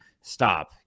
stop